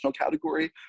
category